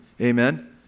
Amen